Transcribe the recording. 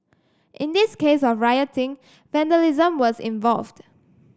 in this case of rioting vandalism was involved